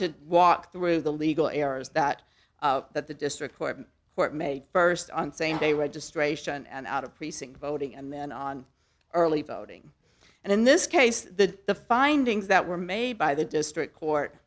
to walk through the legal errors that that the district court in court may first on same day registration and out of precinct voting and then on early voting and in this case the the findings that were made by the district court